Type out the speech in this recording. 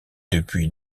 depuis